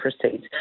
proceeds